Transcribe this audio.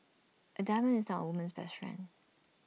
A diamond is now woman's best friend